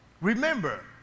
remember